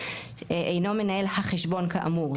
אינו מנהל החשבון כאמור,